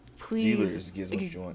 please